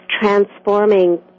transforming